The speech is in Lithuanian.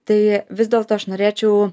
tai vis dėlto aš norėčiau